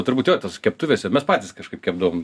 turbūt jo keptuvėse mes patys kažkaip kepdavom